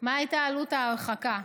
מה הייתה עלות ההרחקה?